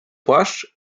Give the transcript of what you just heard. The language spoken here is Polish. płaszcz